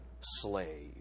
slave